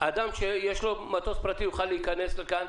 אדם שיש לו מטוס פרטי, יוכל להיכנס לכאן?